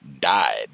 Died